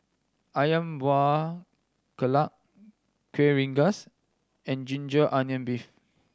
Ayam Buah Keluak Kueh Rengas and ginger onion beef